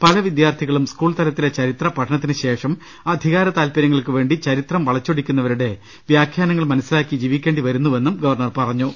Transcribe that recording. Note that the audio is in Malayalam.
പല വിദ്യാർത്ഥികളും സ്കൂൾതലത്തിലെ പ്രിത്രപഠനത്തിനു ശേഷം അധികാരതാത്പര്യങ്ങൾക്കുവേണ്ടി ചരിത്രം ്വളച്ചൊടിക്കു ന്നവരുടെ വ്യാഖ്യാനങ്ങൾ മനസിലാക്കി ജീവിക്കേണ്ടിവരുന്നു വെന്നും ഗവർണർ പറഞ്ഞു